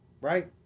right